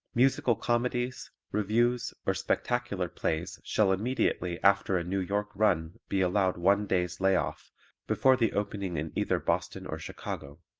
musical comedies, revues or spectacular plays shall immediately after a new york run be allowed one day's lay off before the opening in either boston or chicago.